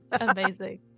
Amazing